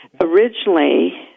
Originally